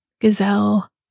gazelle